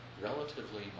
relatively